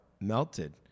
melted